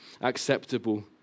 acceptable